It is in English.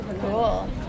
Cool